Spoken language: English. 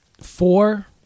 four